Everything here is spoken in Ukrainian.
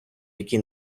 який